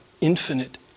infinite